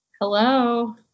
Hello